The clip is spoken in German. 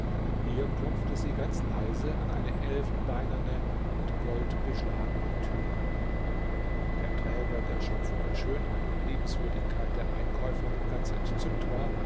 hier klopfte sie ganz leise an eine elfenbeinerne mit gold beschlagene türe der träger der schon von der schönheit und liebenswürdigkeit der einkäuferin ganz entzückt war